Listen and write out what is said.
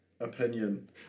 opinion